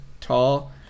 tall